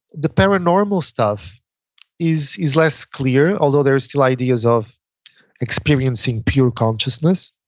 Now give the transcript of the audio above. the paranormal stuff is is less clear although there are still ideas of experiencing pure consciousness.